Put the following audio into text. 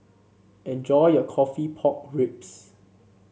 enjoy your coffee Pork Ribs